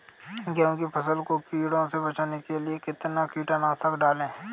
गेहूँ की फसल को कीड़ों से बचाने के लिए कितना कीटनाशक डालें?